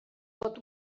pot